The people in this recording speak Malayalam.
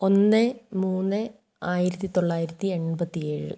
ഒന്ന് മൂന്ന് ആയിരത്തിത്തൊള്ളായിരത്തി എൺപത്തിയേഴ്